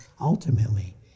ultimately